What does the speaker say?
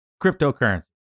cryptocurrency